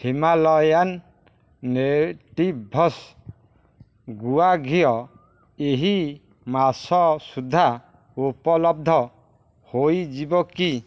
Himalayan natives ଗୁଆ ଘିଅ ଏହି ମାସ ସୁଦ୍ଧା ଉପଲବ୍ଧ ହୋଇଯିବ କି